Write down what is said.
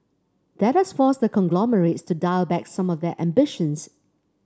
that has forced the conglomerates to dial back some of their ambitions